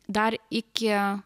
dar iki